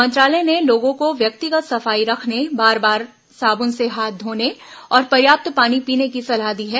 मंत्रालय ने लोगों को व्यक्तिगत सफाई रखने बार बार साबून से हाथ धोने और पर्याप्त पानी पीने की सलाह दी है